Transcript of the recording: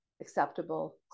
acceptable